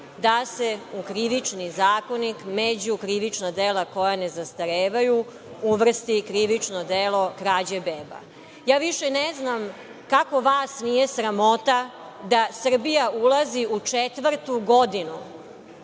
da se u Krivični zakonik među krivična dela koja ne zastarevaju uvrsti i krivično delo krađe beba. Ja više ne znam kako vas nije sramota da Srbija ulazi u četvrtu godinu